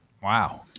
Wow